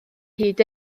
hyd